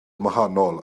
wahanol